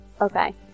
Okay